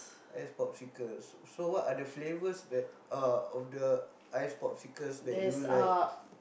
ice Popsicles so so what are the flavours that uh of the ice Popsicles that you like